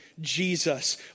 Jesus